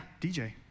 DJ